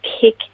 kick